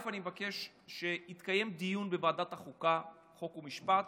אני מבקש שיתקיים דיון בוועדת החוקה, חוק ומשפט,